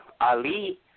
Ali